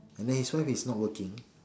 and then his wife is not working